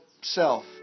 self